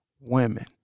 women